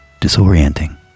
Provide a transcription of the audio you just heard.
disorienting